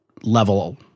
level